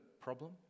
problem